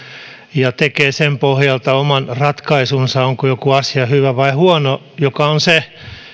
ja että tekee sen pohjalta oman ratkaisunsa onko joku asia hyvä vai huono